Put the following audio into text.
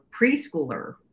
preschooler